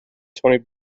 tony